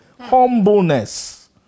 humbleness